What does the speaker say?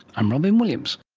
i'm robyn williams